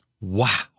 Wow